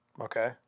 Okay